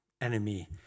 Enemy